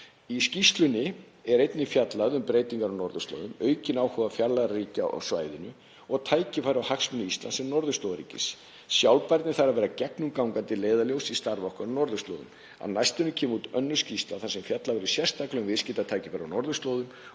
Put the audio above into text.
Í skýrslunni er einnig fjallað um breytingar á norðurslóðum, aukinn áhuga fjarlægari ríkja á svæðinu og tækifæri og hagsmuni Íslands sem norðurslóðarríkis. Sjálfbærni þarf að vera gegnumgangandi leiðarljós í starfi okkar á norðurslóðum. Á næstunni kemur út önnur skýrsla þar sem fjallað verður sérstaklega um viðskiptatækifæri á norðurslóðum